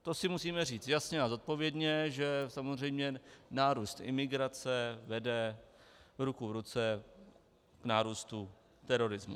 To si musíme říct jasně a zodpovědně, že samozřejmě nárůst imigrace vede ruku v ruce k nárůstu terorismu.